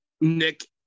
Nick